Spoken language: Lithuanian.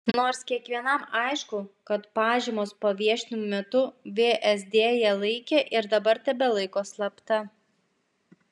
nors kiekvienam aišku kad pažymos paviešinimo metu vsd ją laikė ir dabar tebelaiko slapta